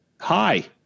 hi